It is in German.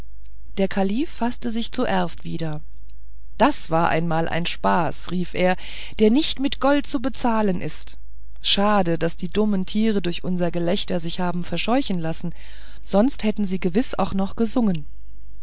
der kalif faßte sich zuerst wieder das war einmal ein spaß rief er der nicht mit gold zu bezahlen ist schade daß die dummen tiere durch unser gelächter sich haben verscheuchen lassen sonst hätten sie gewiß auch noch gesungen